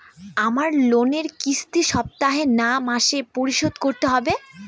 আমার লোনের কিস্তি সপ্তাহে না মাসে পরিশোধ করতে হবে?